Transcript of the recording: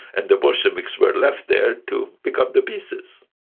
and the bolsheviks were left there to pick up the pieces.